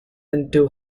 into